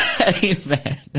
Amen